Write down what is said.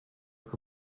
que